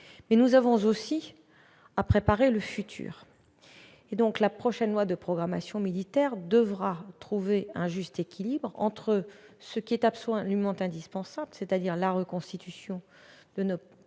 Nous devons aussi préparer le futur. La prochaine loi de programmation militaire devra trouver un juste équilibre entre ce qui est absolument indispensable, c'est-à-dire la reconstitution de notre